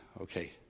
Okay